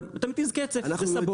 אתה מתיז קצף, זה סבון.